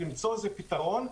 למצוא פתרון.